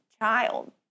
child